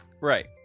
right